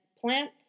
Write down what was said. plant